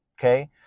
okay